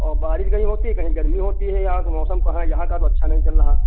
और बारिश कहीं होती कहीं गर्मी होती है यार तो मौसम कहाँ यहाँ का तो अच्छा नहीं चल रहा